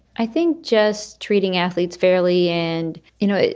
i think just treating athletes fairly and, you know,